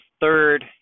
third